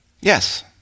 Yes